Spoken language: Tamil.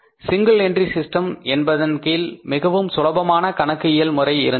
சிங்கிள் என்ட்ரி சிஸ்டம் என்பதன் கீழ் மிகவும் சுலபமான கணக்கு இயல் முறை இருந்தது